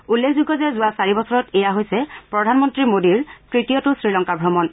উল্লেখযোগ্য যে যোৱা চাৰিবছৰত এয়া হৈছে প্ৰধানমন্ত্ৰী মোডীৰ তৃতীয়টো শ্ৰীলংকা ভ্ৰমণ